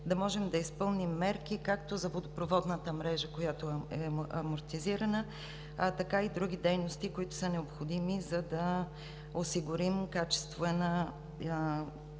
да можем да изпълним мерки както за водопроводната мрежа, която е амортизирана, така и други дейности, които са необходими, за да гарантираме качествата